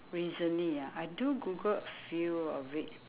recently ah I do google a few of it